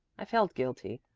i felt guilty,